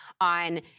on